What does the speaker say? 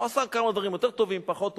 הוא עשה כמה דברים יותר טובים, פחות טובים.